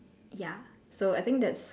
ya so I think that's